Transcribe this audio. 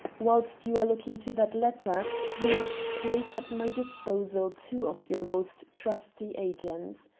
whilst you are looking to that letter you must place at my disposal two of your most trusty agents.